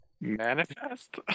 Manifest